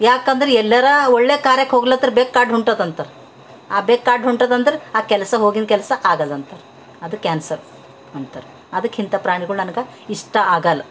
ಯಾಕಂದ್ರೆ ಎಲ್ಲರ ಒಳ್ಳೆ ಕಾರ್ಯಕ್ಕೆ ಹೋಗ್ಲತ್ತರ ಬೆಕ್ಕು ಅಡ್ಡ ಹೊಂಟತಂತರ ಆ ಬೆಕ್ಕು ಅಡ್ಡ ಹೊಂಟದಂದ್ರೆ ಆ ಕೆಲಸ ಹೋಗಿನ ಕೆಲಸ ಆಗಲ್ಲಂತರ ಅದು ಕ್ಯಾನ್ಸಲ್ ಅಂತರ ಅದಕ್ಕೆ ಇಂಥ ಪ್ರಾಣಿಗಳು ನನಗೆ ಇಷ್ಟ ಆಗಲ್ಲ